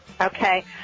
Okay